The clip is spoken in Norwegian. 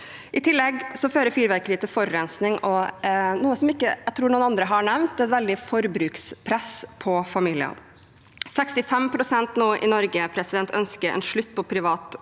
I tillegg fører fyrverkeri til forurensning, og – som jeg ikke tror noen andre har nevnt – det er et veldig forbrukspress på familier. 65 pst. i Norge ønsker nå en slutt på privat